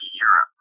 Europe